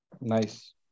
nice